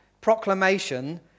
proclamation